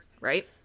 right